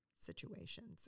situations